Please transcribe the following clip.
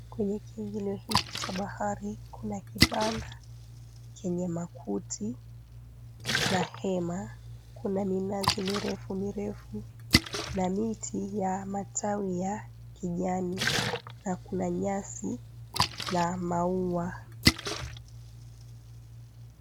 Kwenye kiingilio hiki cha bahari kuna kibanda kenye makuti na hema, kuna minazi mirefu mirefu na miti ya matawi ya kijani na kuna nyasi na maua.